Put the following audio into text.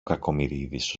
κακομοιρίδης